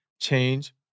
change